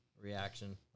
reaction